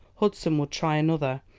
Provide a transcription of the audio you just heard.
hudson would try another,